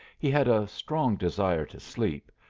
he had a strong desire to sleep,